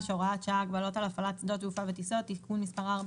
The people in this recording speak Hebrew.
(הוראת שעה) (הגבלות על הפעלת שדות תעופה וטיסות) (תיקון מס' 4),